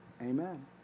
Amen